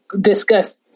discuss